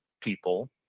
people